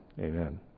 Amen